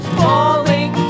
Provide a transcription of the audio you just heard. falling